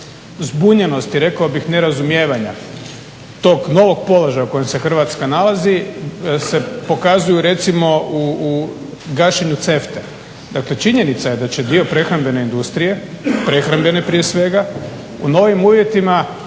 zbunjenosti, rekao bih nerazumijevanja tog novog položaja u kojem se Hrvatska nalazi se pokazuju recimo u gađenju CEFTA-e. Dakle, činjenica je da će dio prehrambene industrije, prehrambene prije svega u novim uvjetima